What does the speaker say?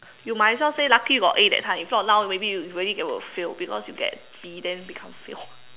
you might as well say lucky you got A that time if not now maybe you you already will fail because get B then become fail